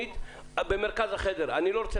הקרובים --- למה זה לא קרה עד היום?